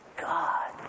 God